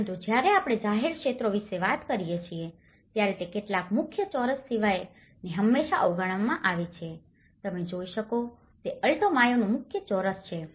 પરંતુ જ્યારે આપણે જાહેર ક્ષેત્રો વિશે વાત કરીએ છીએ ત્યારે તે કેટલાક મુખ્ય ચોરસ સિવાય ને હંમેશાં અવગણવામાં આવે છે જે તમે જોઈ શકો છો તે અલ્ટો માયોનુ મુખ્ય ચોરસ છે